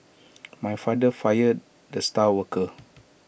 my father fired the star worker